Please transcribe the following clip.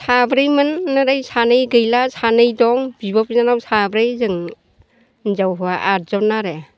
साब्रैमोन ओरै सानै गैला सानै दं बिब' बिनानाव साब्रै जों हिनजाव हौवा आदज'न आरो